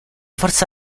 forza